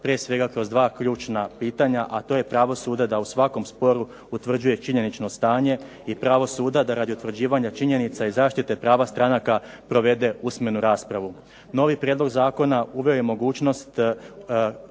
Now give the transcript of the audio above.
prije svega kroz 2 ključna pitanja, a to je pravo suda da u svakom sporu utvrđuje činjenično stanje i pravo suda da radi utvrđivanja činjenica i zaštite prava stranaka provede usmenu raspravu. Novi prijedlog zakona uveo je mogućnost